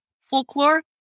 folklore